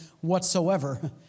whatsoever